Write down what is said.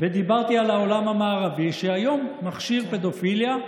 ודיברתי על העולם המערבי, שהיום מכשיר פדופיליה.